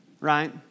Right